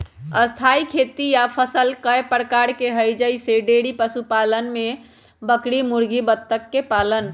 स्थाई खेती या फसल कय प्रकार के हई जईसे डेइरी पशुपालन में बकरी मुर्गी बत्तख के पालन